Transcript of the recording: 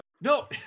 No